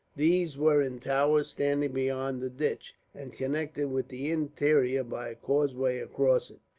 these were in towers standing beyond the ditch, and connected with the interior by a causeway across it.